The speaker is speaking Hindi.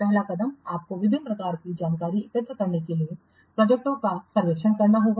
पहला कदम आपको विभिन्न प्रकार की जानकारी एकत्र करने के लिए प्रोजेक्टओं का सर्वेक्षण करना होगा